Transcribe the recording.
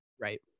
Right